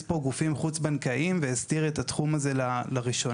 פה גופים חוץ בנקאיים והסדיר את התחום הזה לראשונה.